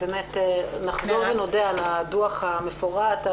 נחזור ונודה על הדוח המפורט,